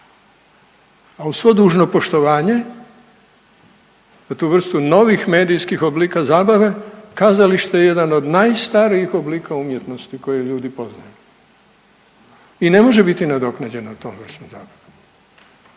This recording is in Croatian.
a uz svo dužno poštovanje za tu vrstu novih medijskih oblika zabave kazalište je jedan od najstarijih oblika umjetnosti koju ljudi poznaju i ne može biti nadoknađeno tom vrstom zabave